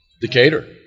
Decatur